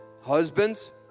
husbands